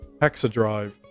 Hexadrive